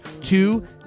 two